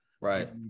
Right